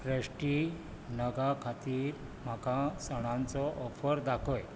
Presti नगां खातीर म्हाका सणांचो ऑफर दाखय